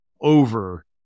over